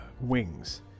Wings